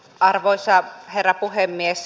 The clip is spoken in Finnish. arvoisa herra puhemies